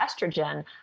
estrogen